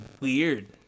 weird